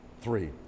Three